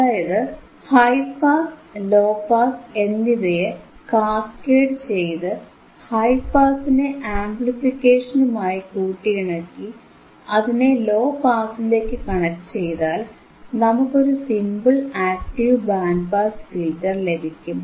അതായത് high pass low pass എന്നിവയെ cascade ചെയ്ത് ഹൈ പാസിനെ ആംപ്ലിഫിക്കേഷനുമായി കൂട്ടിയിണക്കി അതിനെ ലോ പാസിലേക്ക് കണക്ട് ചെയ്താൽ നമുക്കൊരു simple active band pass filter ലഭിക്കും